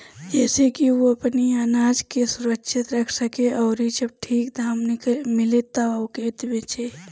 जेसे की उ अपनी आनाज के सुरक्षित रख सके अउरी जब ठीक दाम मिले तब ओके बेचे